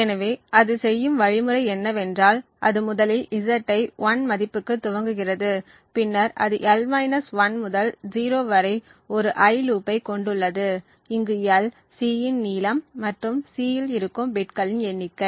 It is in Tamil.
எனவே அது செய்யும் வழிமுறை என்னவென்றால் அது முதலில் Z ஐ 1 மதிப்புக்கு துவக்குகிறது பின்னர் அது l 1 முதல் 0 வரை ஒரு i லூப்பைக் கொண்டுள்ளது இங்கு l C இன் நீளம் மற்றும் C இல் இருக்கும் பிட்களின் எண்ணிக்கை